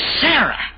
Sarah